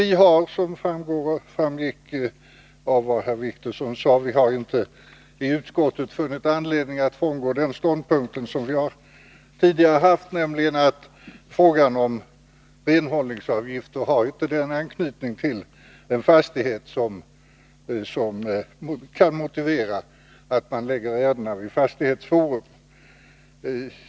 Vi har, som framgick av vad Åke Wictorsson sade, i utskottet inte funnit anledning att frångå vår tidigare ståndpunkt, att frågan om renhållningsavgifter inte har en sådan nära anknytning till fastigheten att det kan motivera att ärendena handläggs vid fastighetsforum.